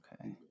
Okay